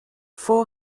four